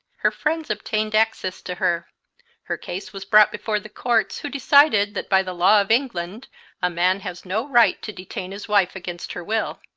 her friends obtained access to her her case was brought before the courts, who decided that by the law of england a man has no right to detain his wife against her will.